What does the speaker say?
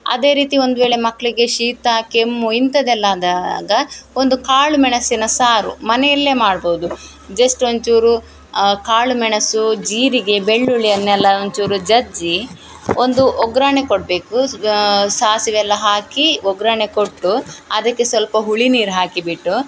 ಅದೇ ರೀತಿ ಒಂದು ವೇಳೆ ಮಕ್ಕಳಿಗೆ ಶೀತ ಕೆಮ್ಮು ಇಂಥದ್ದೆಲ್ಲ ಆದಾಗ ಒಂದು ಕಾಳುಮೆಣಸಿನ ಸಾರು ಮನೆಯಲ್ಲೇ ಮಾಡ್ಬೋದು ಜಸ್ಟ್ ಒಂದ್ಚೂರು ಕಾಳು ಮೆಣಸು ಜೀರಿಗೆ ಬೆಳ್ಳುಳ್ಳಿಯನ್ನೆಲ್ಲ ಒಂದ್ಚೂರು ಜಜ್ಜಿ ಒಂದು ಒಗ್ಗರ್ಣೆ ಕೊಡಬೇಕು ಸಾಸಿವೆ ಎಲ್ಲ ಹಾಕಿ ಒಗ್ಗರ್ಣೆ ಕೊಟ್ಟು ಅದಕ್ಕೆ ಸ್ವಲ್ಪ ಹುಳಿ ನೀರು ಹಾಕಿಬಿಟ್ಟು